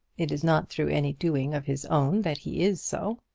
it is not through any doing of his own that he is so.